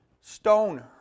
stone